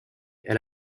elle